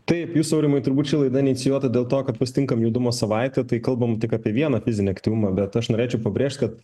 taip jūs aurimai turbūt ši laida inicijuota dėl to kad pasitinkam judumo savaitę tai kalbam tik apie vieną fizinį aktyvumą bet aš norėčiau pabrėžt kad